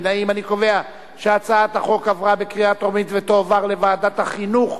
לדיון מוקדם בוועדת החינוך,